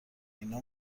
اینا